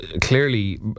clearly